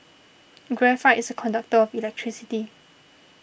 graphite is a conductor of electricity